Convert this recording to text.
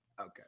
Okay